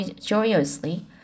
joyously